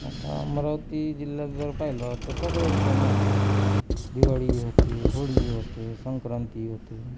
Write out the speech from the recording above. आता अमरावती जिल्ह्यात जर पाहिलं तर सगळे सण होते दिवाळी होते होळी होते संक्रांती होते